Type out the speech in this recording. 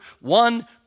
one